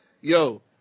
Yo